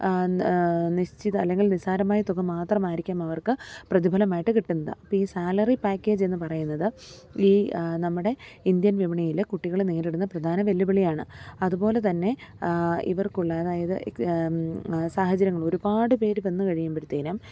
നിശ്ചിത അല്ലെങ്കിൽ നിസ്സാരമായ തുക മാത്രമായിരിക്കും അവർക്ക് പ്രതിഫലമായിട്ട് കിട്ടുന്നത് അപ്പോൾ ഈ സാലറി പാക്കേജ് എന്നു പറയുന്നത് ഈ നമ്മുടെ ഇന്ത്യൻ വിപണിയിലെ കുട്ടികൾ നേരിടുന്ന പ്രധാന വെല്ലുവിളിയാണ് അതുപോലെതന്നെ ഇവർക്കുള്ള അതായത് സാഹചര്യങ്ങൾ ഒരുപാട് പേർ വന്നു കഴിയുമ്പോഴത്തേനും